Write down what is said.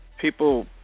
people